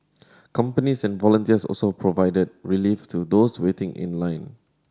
companies and volunteers also provided relief to those waiting in line